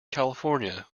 california